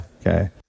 Okay